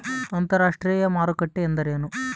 ಅಂತರಾಷ್ಟ್ರೇಯ ಮಾರುಕಟ್ಟೆ ಎಂದರೇನು?